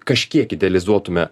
kažkiek idealizuotume